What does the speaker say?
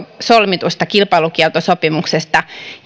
solmitusta kilpailukieltosopimuksesta